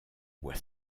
bois